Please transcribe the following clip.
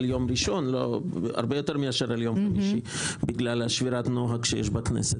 על יום ראשון הרבה יותר מאשר על יום חמישי בגלל שבירת הנוהג שיש בכנסת.